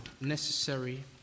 necessary